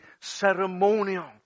ceremonial